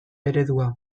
eredua